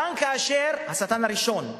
כאשר השטן הראשון,